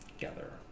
together